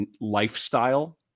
lifestyle